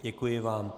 Děkuji vám.